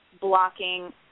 blocking